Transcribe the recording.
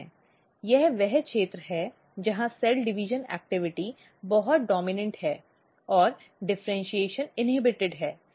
यह वह क्षेत्र है जहां कोशिका विभाजन गतिविधि बहुत डॉम्इनॅन्ट है और डिफ़र्इन्शीएशन बाधित है